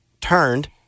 turned